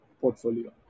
portfolio